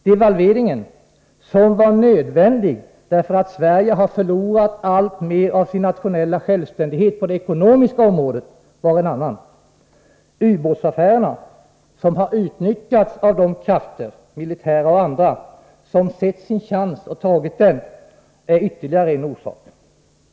Devalveringen, som var nödvändig därför att Sverige har förlorat alltmer av sin nationella självständighet på det ekonomiska området, var en annan. Ubåtsaffärerna, som har utnyttjats av de krafter, militära och andra, som sett sin chans och tagit den, är ytterligare en orsak.